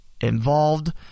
involved